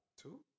Two